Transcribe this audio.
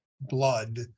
blood